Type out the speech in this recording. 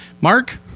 Mark